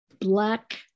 black